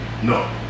No